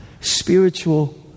spiritual